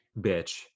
bitch